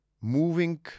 moving